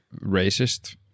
racist